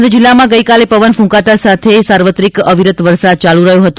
આણંદ જીલ્લામાં ગઈકાલે પવન ફુંકાવા સાથે સાર્વત્રિક અવિરત વરસાદ ચાલુ રહયો હતો